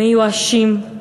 הם מיואשים,